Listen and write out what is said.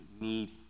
need